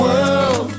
World